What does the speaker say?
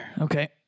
Okay